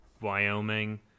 Wyoming